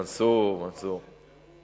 מנסור, מנסור.